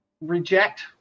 reject